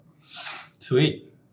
Sweet